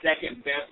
second-best